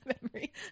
memory